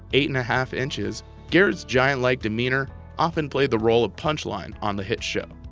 eight and a half inches garrett's giant-like demeanor often played the role of punchline on the hit show.